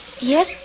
Yes